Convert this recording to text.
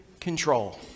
control